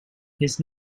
his